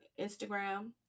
Instagram